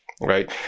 right